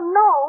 no